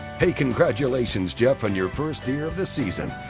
hey congratulations, jeff, on your first deer of the season.